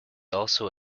also